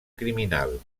criminal